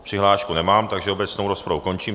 Přihlášku nemám, takže obecnou rozpravu končím.